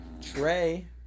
Trey